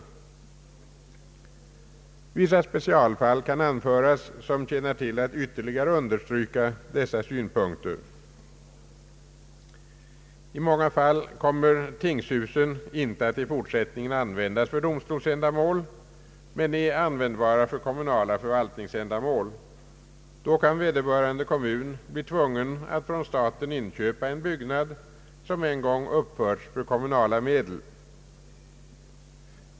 Vissa specialfall kan anföras för att ytterligare understryka dessa synpunkter. I många fall kommer tingshusen inte att i fortsättningen användas för domstolsändamål, men de är användbara för kommunala förvaltningsändamål. Då kan vederbörande kommun bli tvungen att från staten inköpa en byggnad som en gång uppförts för kommunala medel.